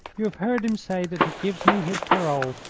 you have heard him say that he gives me his parole.